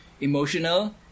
emotional